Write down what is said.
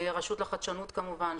הרשות לחדשנות כמובן,